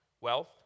wealth